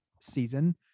season